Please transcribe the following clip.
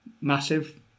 massive